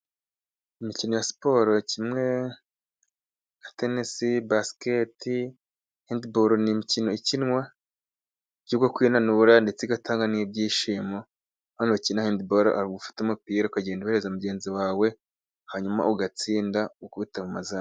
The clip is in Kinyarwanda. Imikino ya siporo kimwe nka tenisi, basiketibolu, hendibolu, ni imikino ikinwa mu buryo bwo kwinanura ndetse igatanga n'ibyishimo. Hano, umuntu ukina hendibolu afata umupira, ukagenda uwuhereza mugenzi wawe, hanyuma ugatsinda ukubita mu mazamu.